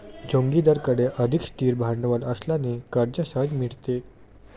जोगिंदरकडे अधिक स्थिर भांडवल असल्याने कर्ज सहज मिळते